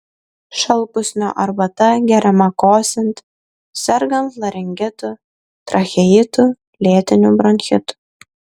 šalpusnio arbata geriama kosint sergant laringitu tracheitu lėtiniu bronchitu